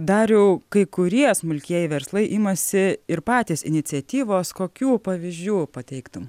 dariau kai kurie smulkieji verslai imasi ir patys iniciatyvos kokių pavyzdžių pateiktum